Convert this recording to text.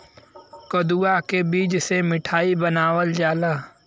कदुआ के बीज से मिठाई बनावल जाला